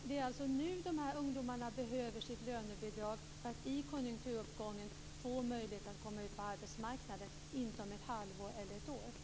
Det är alltså nu de här ungdomarna behöver sitt lönebidrag för att i konjunkturuppgången få möjlighet att komma ut på arbetmarknaden, inte om ett halvår eller ett år.